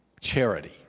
charity